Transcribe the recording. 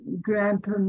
Grandpa